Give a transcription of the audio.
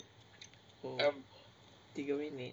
oh tiga minit